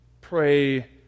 pray